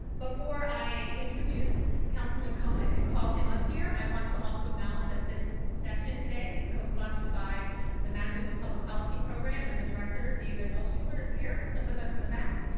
before i introduce councilman cohen and call him up here i want to also acknowledge that this session today is co-sponsored by the masters of public policy program and the director, david altschuler, is here with like with us in the back,